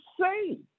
say